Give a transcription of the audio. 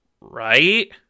Right